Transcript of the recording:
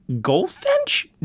Goldfinch